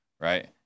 right